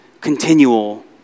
continual